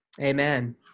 amen